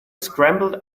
scrambled